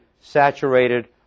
saturated